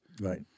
Right